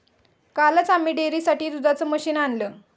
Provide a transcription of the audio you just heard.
कालच आम्ही डेअरीसाठी दुधाचं मशीन आणलं